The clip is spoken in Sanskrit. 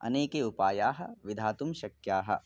अनेके उपायाः विधातुं शक्याः